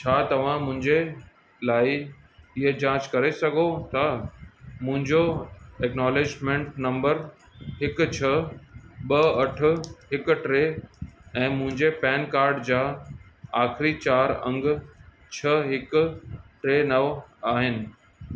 छा तव्हां मुंहिंजे लाइ हीअ जाच करे सघो था मुंहिंजो एकनोलेजिमेंट नम्बर हिकु छह ॿ अठ हिकु टे ऐं मुंहिंजे पैन कार्ड जा आख़िरी चार अंग छह हिकु टे नव आहिनि